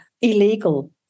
illegal